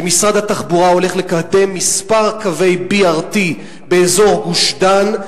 שמשרד התחבורה הולך לקדם כמה קווי BRT באזור גוש-דן.